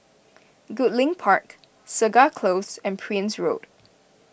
Goodlink Park Segar Close and Prince Road